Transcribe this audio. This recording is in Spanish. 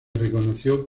reconoció